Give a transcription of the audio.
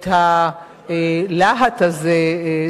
את הלהט הזה,